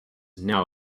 now